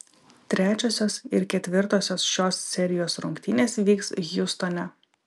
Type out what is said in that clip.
trečiosios ir ketvirtosios šios serijos rungtynės vyks hjustone